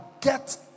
get